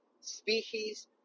species